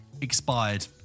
expired